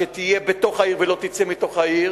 שתהיה בתוך העיר ולא תצא מתוך העיר,